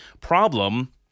problem